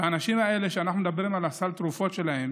והאנשים האלה שאנחנו מדברים על סל התרופות שלהם